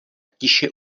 tiše